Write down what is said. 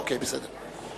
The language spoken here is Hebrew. אוקיי, בסדר.